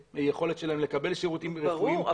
היכולת שלהם לקבל שירותים רפואיים טובים נמוכה יותר ברור,